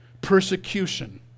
Persecution